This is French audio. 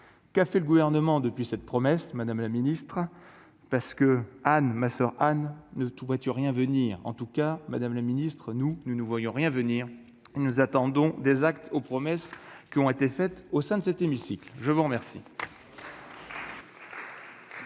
qu'a fait le gouvernement depuis cette promesse, madame la ministre, parce que Anne ma soeur Anne ne tout voiture rien venir en tout cas, madame la ministre, nous ne nous voyons rien venir, nous attendons des actes aux promesses qui ont été faites au sein de cet hémicycle, je vous remercie.